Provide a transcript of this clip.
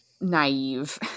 naive